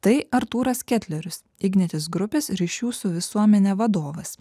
tai artūras ketlerius ignitis grupės ryšių su visuomene vadovas